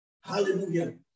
Hallelujah